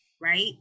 right